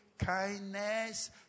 Kindness